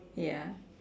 ya